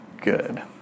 Good